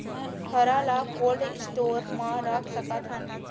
हरा ल cold store म रख सकथन?